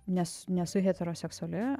nes nesu heteroseksuali